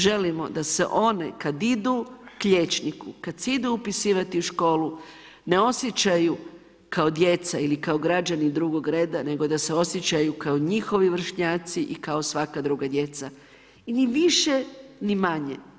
Želimo da se oni kad idu k liječniku, kad se idu upisivati u školu ne osjećaju kao djeca ili kao građani drugog reda, nego da se osjećaju kao njihovi vršnjaci i kao svaka druga djeca, ni više ni manje.